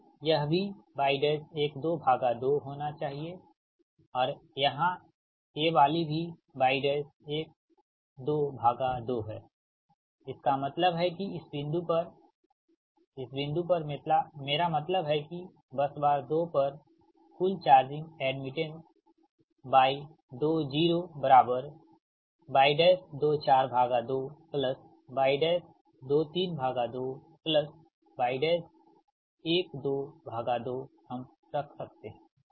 तो यह भी y122 होना चाहिए और यहां ये वाली भी y122 है इसका मतलब है कि इस बिंदु पर इस बिंदु पर मेरा मतलब है कि बस बार 2 पर कुल चार्जिंग एड्मिटेंस y20y242y232y122 हम रख सकते हैं